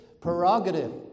prerogative